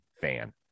fan